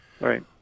Right